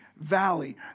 valley